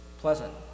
pleasant